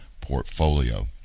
portfolio